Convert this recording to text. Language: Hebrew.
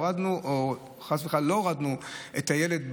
הורדנו, או חס וחלילה לא הורדנו את הילד במעון,